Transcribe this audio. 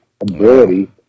ability